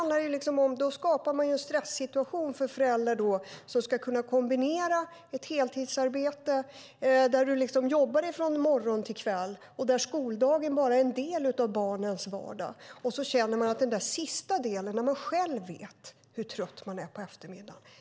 Därmed skapar man en stressituation för föräldrar som har ett heltidsarbete, där de jobbar från morgon till kväll, medan skoldagen bara är en del av barnens vardag. Det handlar om den där sista delen av dagen, när man vet hur trött man själv är på eftermiddagen.